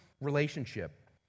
relationship